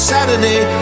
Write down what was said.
Saturday